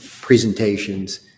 presentations